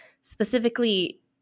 specifically